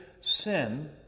sin